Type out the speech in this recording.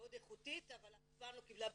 מאוד איכותית אבל אף פעם לא קיבלה ביטוי.